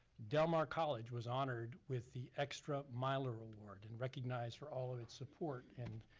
del mar college was honored with the extra miler award and recognized for all of it's support. and